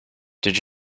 did